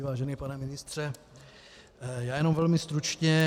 Vážený pane ministře, já jenom velmi stručně.